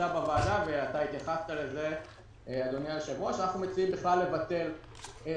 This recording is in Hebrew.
שהציע היושב-ראש, לבטל את